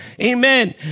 Amen